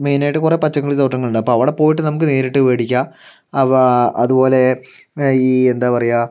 മെയിനായിട്ട് കുറേ പച്ചക്കറിത്തോട്ടങ്ങളുണ്ട് അപ്പം അവിടെ പോയിട്ട് നമുക്ക് നേരിട്ട് മേടിക്കാം അതുപോലെ ഈ എന്താ പറയുക